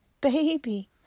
baby